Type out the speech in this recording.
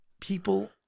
People